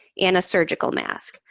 and a surgical mask.